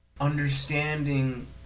Understanding